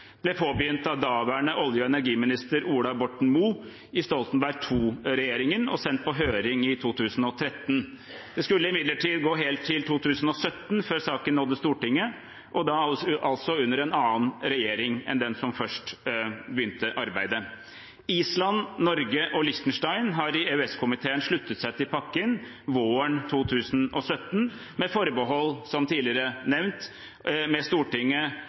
ble påbegynt av daværende olje- og energiminister Ola Borten Moe i Stoltenberg II-regjeringen og sendt på høring i 2013. Det skulle imidlertid gå helt til 2017 før saken nådde Stortinget, og da under en annen regjering enn den som først begynte arbeidet. Island, Norge og Liechtenstein har i EØS-komiteen sluttet seg til pakken våren 2017 med forbehold om, som tidligere nevnt, samtykke fra Stortinget,